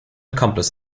accomplice